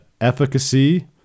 efficacy